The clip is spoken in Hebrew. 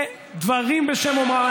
זה דברים בשם אומרם.